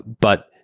but-